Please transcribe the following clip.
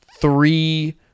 Three